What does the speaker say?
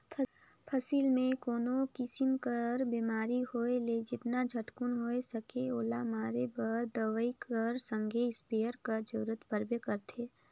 फसिल मे कोनो किसिम कर बेमारी होए ले जेतना झटकुन होए सके ओला मारे बर दवई कर संघे इस्पेयर कर जरूरत परबे करथे